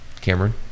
Cameron